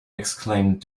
exclaimed